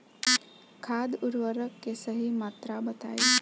खाद उर्वरक के सही मात्रा बताई?